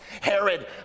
Herod